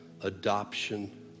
adoption